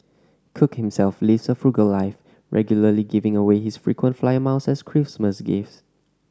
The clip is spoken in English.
cook himself lives a frugal life regularly giving away his frequent flyer miles as Christmas gifts